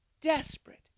desperate